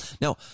Now